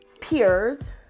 peers